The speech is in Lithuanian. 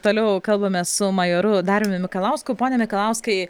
toliau kalbamės su majoru dariumi mikalausku pone mikalauskai